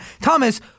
Thomas